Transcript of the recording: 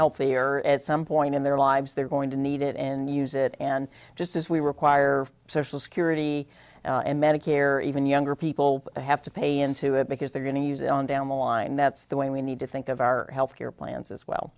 healthier at some point in their lives they're going to need it and use it and just as we require social security and medicare even younger people have to pay into it because they're going to use it on down the line that's the way we need to think of our health care plans as well